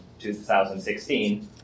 2016